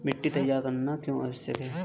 मिट्टी तैयार करना क्यों आवश्यक है?